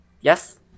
Yes